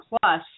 plus